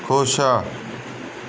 ਖੁਸ਼